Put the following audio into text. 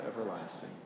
everlasting